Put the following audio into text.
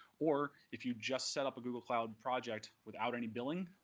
or if you just set up a google cloud project without any billing,